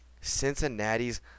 Cincinnati's